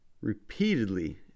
repeatedly